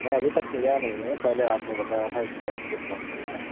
میں ابھی تک کیا نہیں ہے پہلے آپ نے بتایا تھا اِس لیے آپ کو فون کیا ہے